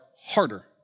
harder